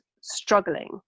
struggling